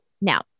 Now